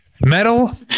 metal